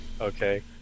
Okay